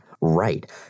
Right